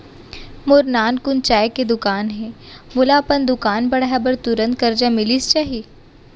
मोर नानकुन चाय के दुकान हे का मोला अपन दुकान बढ़ाये बर तुरंत करजा मिलिस जाही?